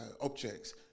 objects